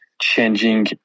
changing